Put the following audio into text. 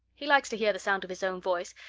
he likes to hear the sound of his own voice,